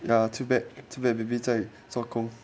the too bad too bad baby 在做工